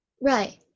right